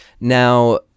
Now